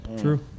true